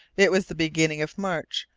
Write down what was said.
it was the beginning of march,